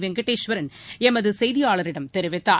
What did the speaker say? வெங்கடேஸ்வரன் எமதுசெய்தியாளரிடம் தெரிவித்தார்